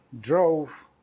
drove